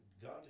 God